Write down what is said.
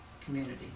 community